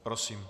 Prosím.